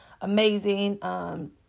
amazing